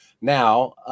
Now